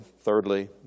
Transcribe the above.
thirdly